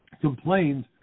complained